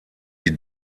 die